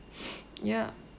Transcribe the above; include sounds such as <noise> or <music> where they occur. <noise> ya